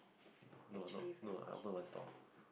actually very rich